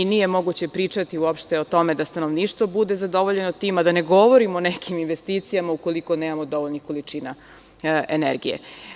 Nije moguće pričati uopšte o tome da stanovništvo bude zadovoljeno time, a da ne govorim o nekim investicijama ukoliko nemamo dovoljnih količina energije.